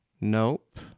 Nope